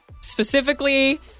specifically